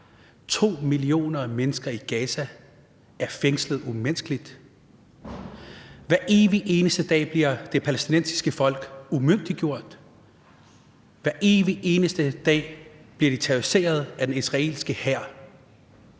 2 millioner mennesker i Gaza er fængslet umenneskeligt. Hver evig eneste dag bliver det palæstinensiske folk umyndiggjort. Hver evig eneste dag bliver de terroriseret af den israelske hær.